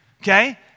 okay